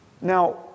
Now